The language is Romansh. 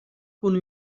cun